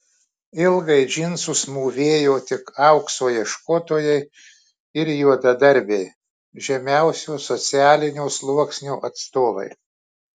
ilgai džinsus mūvėjo tik aukso ieškotojai ir juodadarbiai žemiausio socialinio sluoksnio atstovai